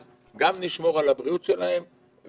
אז גם נשמור על הבריאות שלהם,